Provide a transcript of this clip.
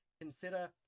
consider